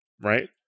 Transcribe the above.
Right